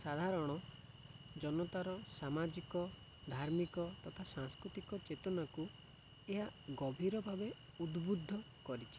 ସାଧାରଣ ଜନତାର ସାମାଜିକ ଧାର୍ମିକ ତଥା ସାଂସ୍କୃତିକ ଚେତନାକୁ ଏହା ଗଭୀର ଭାବେ ଉଦବୁଦ୍ଧ କରିଛି